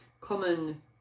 common